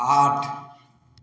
आठ